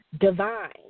divine